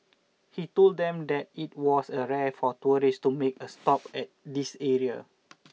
he told them that it was a rare for tourists to make a stop at this area